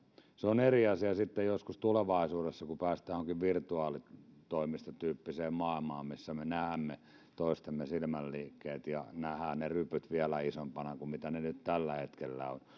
se on eri asia sitten joskus tulevaisuudessa kun päästään johonkin virtuaalitoimistotyyppiseen maailmaan missä me näemme toistemme silmän liikkeet ja näemme ne rypyt vielä isompina kuin ne nyt tällä hetkellä